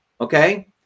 okay